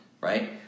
right